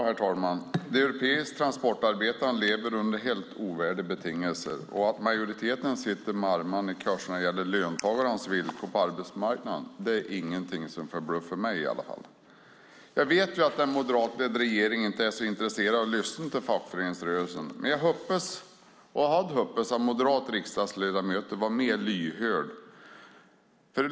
Herr talman! Den europeiska transportarbetaren lever under helt ovärdiga betingelser. Att majoriteten sitter med armarna i kors när det gäller löntagarnas villkor på arbetsmarknaden är ingenting som förbluffar mig i alla fall. Jag vet ju att en moderatledd regering inte är så intresserad av att lyssna till fackföreningsrörelsen, men jag hade hoppats att en moderat riksdagsledamot var mer lyhörd.